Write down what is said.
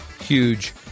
huge